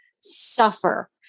suffer